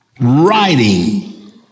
writing